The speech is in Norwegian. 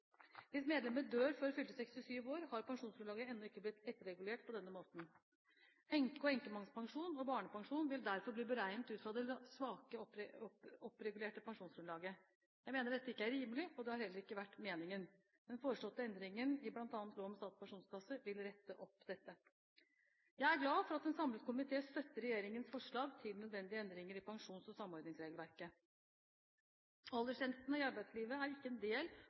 Hvis medlemmet dør før fylte 67 år, har pensjonsgrunnlaget ennå ikke blitt etterregulert på denne måten. Enke- og enkemannspensjon og barnepensjon vil derfor bli beregnet ut fra det svakere oppregulerte pensjonsgrunnlaget. Jeg mener dette ikke er rimelig, og det har heller ikke vært meningen. Den foreslåtte endringen i bl.a. lov om Statens pensjonskasse vil rette opp dette. Jeg er glad for at en samlet komité støtte regjeringens forslag til nødvendige endringer i pensjons- og samordningsregelverket. Aldersgrensene i arbeidslivet er ikke en del